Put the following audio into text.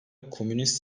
komünist